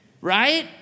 Right